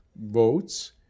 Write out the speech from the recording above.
votes